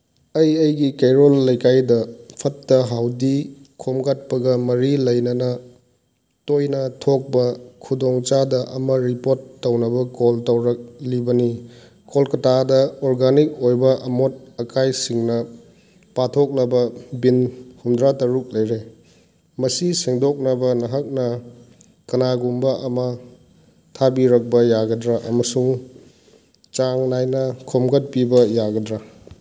ꯑꯩ ꯑꯩꯒꯤ ꯀꯩꯔꯣꯜ ꯂꯩꯀꯥꯏꯗ ꯐꯠꯇ ꯍꯥꯎꯗꯤ ꯈꯣꯝꯒꯠꯄꯒ ꯃꯔꯤ ꯂꯩꯅꯅ ꯇꯣꯏꯅ ꯊꯣꯛꯄ ꯈꯨꯗꯣꯡ ꯆꯥꯗ ꯑꯃ ꯔꯤꯄꯣꯔꯠ ꯇꯧꯅꯕ ꯀꯣꯜ ꯇꯧꯔꯛꯂꯤꯕꯅꯤ ꯀꯣꯜꯀꯇꯥꯗ ꯑꯣꯔꯒꯥꯅꯤꯛ ꯑꯣꯏꯕ ꯑꯃꯣꯠ ꯑꯀꯥꯏꯁꯤꯡꯅ ꯄꯥꯊꯣꯛꯂꯕ ꯕꯤꯟ ꯍꯨꯝꯗ꯭ꯔꯥ ꯇꯔꯨꯛ ꯂꯩꯔꯦ ꯃꯁꯤ ꯁꯦꯡꯗꯣꯛꯅꯕ ꯅꯍꯥꯛꯅ ꯀꯅꯥꯒꯨꯝꯕ ꯑꯃ ꯊꯥꯕꯤꯔꯛꯄ ꯌꯥꯒꯗ꯭ꯔꯥ ꯑꯃꯁꯨꯡ ꯆꯥꯡ ꯅꯥꯏꯅ ꯈꯣꯝꯒꯠꯄꯤꯕ ꯌꯥꯒꯗ꯭ꯔꯥ